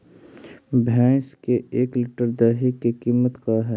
भैंस के एक लीटर दही के कीमत का है?